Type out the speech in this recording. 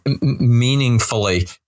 meaningfully